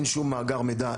אין שום מאגר מידע,